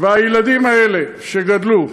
והילדים האלה, שגדלו,